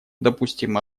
допустим